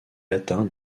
latin